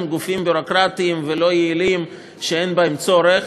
גופים ביורוקרטיים ולא יעילים שאין בהם צורך.